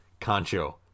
Concho